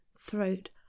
throat